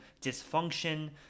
dysfunction